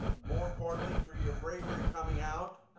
more importantly, for your bravery coming out.